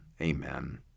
Amen